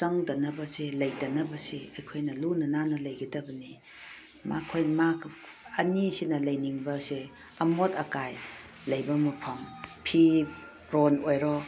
ꯆꯪꯗꯅꯕꯁꯤ ꯂꯩꯇꯅꯕꯁꯤ ꯑꯩꯈꯣꯏꯅ ꯂꯨꯅ ꯅꯥꯟꯅ ꯂꯩꯒꯗꯕꯅꯤ ꯃꯈꯣꯏ ꯑꯅꯤꯁꯤꯅ ꯂꯩꯅꯤꯡꯕꯁꯦ ꯑꯃꯣꯠ ꯑꯀꯥꯏ ꯂꯩꯕ ꯃꯐꯝ ꯐꯤꯔꯣꯟ ꯑꯣꯏꯔꯣ